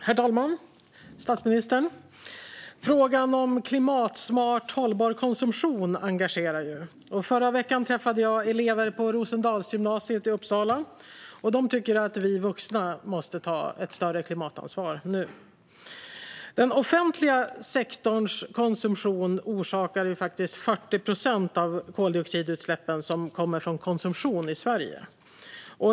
Herr talman! Statsministern! Frågan om klimatsmart, hållbar konsumtion engagerar. I förra veckan träffade jag elever på Rosendalsgymnasiet i Uppsala. De tyckte att vi vuxna måste ta ett större klimatansvar nu. Den offentliga sektorns konsumtion orsakar faktiskt 40 procent av koldioxidutsläppen från konsumtion i Sverige.